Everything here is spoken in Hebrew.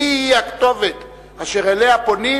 מי היא הכתובת שאליה פונים,